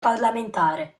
parlamentare